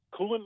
coolant